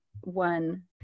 one